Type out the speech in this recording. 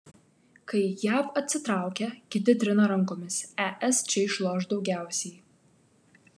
kai jav atsitraukia kiti trina rankomis es čia išloš daugiausiai